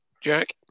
Jack